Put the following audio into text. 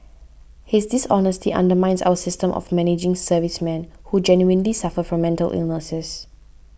his dishonesty undermines our system of managing servicemen who genuinely suffer from mental illnesses